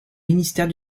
ministère